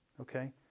Okay